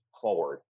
forward